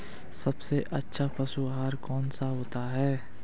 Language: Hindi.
सबसे अच्छा पशु आहार कौन सा होता है?